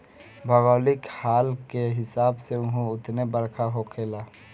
भौगोलिक हाल के हिसाब से उहो उतने बरखा होखेला